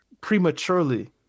prematurely